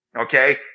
okay